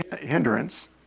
hindrance